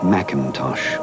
Macintosh